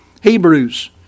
Hebrews